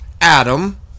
Adam